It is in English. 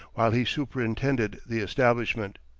while he superintended the establishment.